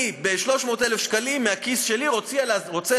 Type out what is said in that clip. אני ב-300,000 שקלים מהכיס שלי רוצה